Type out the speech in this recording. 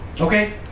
Okay